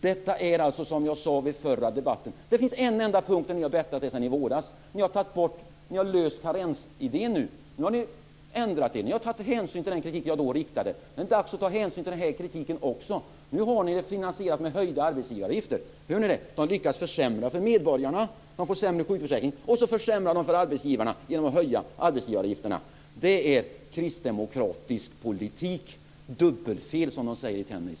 Det är alltså så, som jag sade i den förra debatten, att det är en enda punkt där ni har bättrat er sedan i våras. Ni har löst karensidén nu. Ni har ändrat er. Ni har tagit hänsyn till den kritik som jag då riktade. Nu är det dags att ta hänsyn till den här kritiken också. Nu har ni finansierat med höjda arbetsgivaravgifter. Hör ni det: De lyckas försämra för medborgarna, som får sämre sjukförsäkring, och så försämrar de för arbetsgivarna genom att höja arbetsgivaravgifterna. Det är kristdemokratisk politik. Dubbelfel, som de säger i tennis!